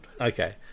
Okay